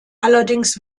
allerdings